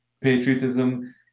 patriotism